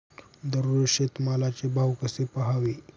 दररोज शेतमालाचे भाव कसे पहावे?